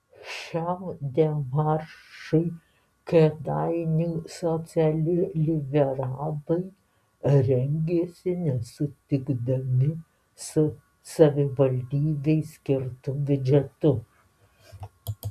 šiam demaršui kėdainių socialliberalai rengėsi nesutikdami su savivaldybei skirtu biudžetu